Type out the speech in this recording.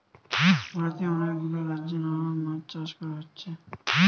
ভারতে অনেক গুলা রাজ্যে নানা মাছ চাষ কোরা হচ্ছে